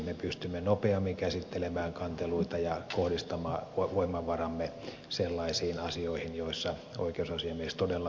me pystymme nopeammin käsittelemään kanteluita ja kohdistamaan voimavaramme sellaisiin asioihin joissa oikeusasiamies todella voi auttaa kantelijaa